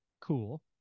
Cool